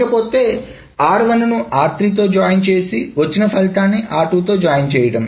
లేకపోతే r1 ను r3 తో జాయిన్ చేసి వచ్చిన ఫలితాన్ని r2 తో జాయిన్ చేయడం